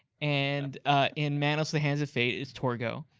and in manos the hands of fate it's torgo.